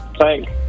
thanks